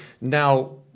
now